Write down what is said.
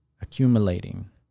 accumulating